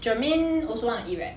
germaine also want to eat right